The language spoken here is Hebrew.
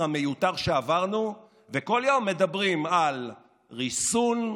המיותר שעברנו וכל יום מדברים על ריסון,